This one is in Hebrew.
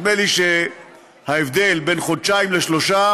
נדמה לי שההבדל בין חודשיים לשלושה